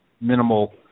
minimal